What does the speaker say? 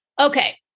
Okay